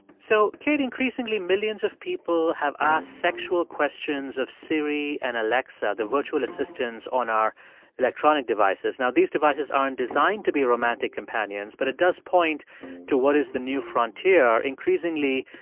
so, kate, increasingly millions of people have asked sexual questions of siri and alexa, the virtual assistants on our electronic devices. now, these devices aren't designed to be romantic companions, but it does point to what is the new frontier. increasingly,